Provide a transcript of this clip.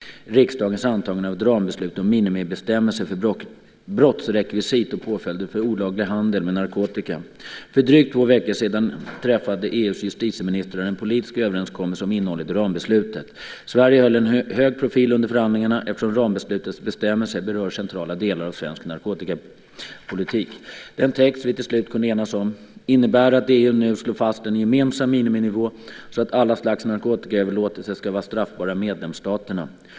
Herr talman! Cecilia Magnusson har frågat mig vad jag avser att göra för att förslag till prekursorsbrott ska kunna läggas fram i samband med riksdagens antagande av ett rambeslut om minimibestämmelser för brottsrekvisit och påföljder för olaglig handel med narkotika. För drygt två veckor sedan träffade EU:s justitieministrar en politisk överenskommelse om innehållet i rambeslutet. Sverige höll en hög profil under förhandlingarna eftersom rambeslutets bestämmelser berör centrala delar av svensk narkotikapolitik. Den text vi till slut kunde enas om innebär att EU nu slår fast en gemensam miniminivå så att alla slags narkotikaöverlåtelser ska vara straffbara i medlemsstaterna.